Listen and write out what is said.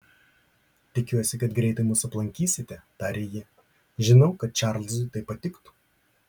tikiuosi kad greitai mus aplankysite tarė ji žinau kad čarlzui tai patiktų